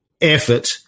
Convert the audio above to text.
effort